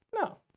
No